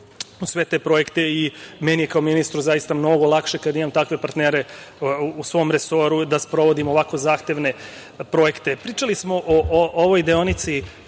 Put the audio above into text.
sve te projekte i meni je kao ministru mnogo lakše kada imam takve partnere u svom resoru da sprovodim ovako zahtevne projekte. Pričali smo o ovoj deonici